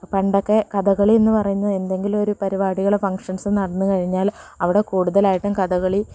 പണ്ടൊക്കെ കഥകളി എന്നു പറയുന്നത് എന്തെങ്കിലും ഒരു പരിപാടികൾ ഫംഗ്ഷൻസ് നടന്നുകഴിഞ്ഞാൽ അവിടെ കൂടുതലായിട്ടും കഥകളി